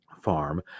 Farm